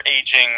aging